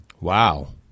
Wow